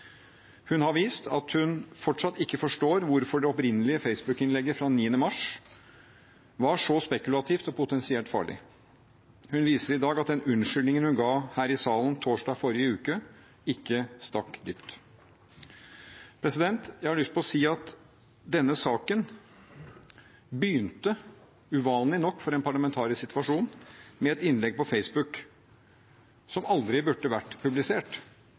Hun har vist at hun fortsatt ikke forstår hvorfor det opprinnelige Facebook-innlegget fra 9. mars var så spekulativt og potensielt farlig. Hun viser i dag at den unnskyldningen hun ga her i salen torsdag i forrige uke, ikke stakk dypt. Jeg har lyst til å si at denne saken begynte – uvanlig nok for en parlamentarisk situasjon – med et innlegg på Facebook som aldri burde vært publisert.